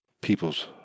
people's